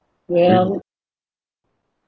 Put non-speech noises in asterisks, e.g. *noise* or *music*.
well *noise*